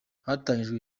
hatangijwe